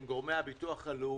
עם גורמי הביטוח הלאומי.